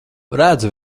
redzu